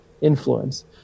influence